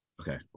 Okay